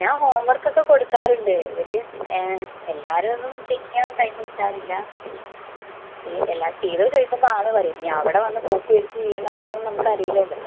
ഞാൻ ഹോം വർക്കൊക്കെ കൊടുക്കാറുണ്ട് ഇവര് എല്ലാവരും ഒന്നും ചെക്ക് ചെയ്യാൻ ടൈമ് കിട്ടാറില്ല ഈ എല്ലാ ചെയ്തോന്ന് ചോദിക്കുമ്പോൾ ആന്ന് പറയും ഇനി അവിടെ വന്ന് കോപ്പിയടിച്ച് ചെയ്യുന്നത് ആണോന്നൊന്നും നമ്മക്കറിയില്ലല്ലോ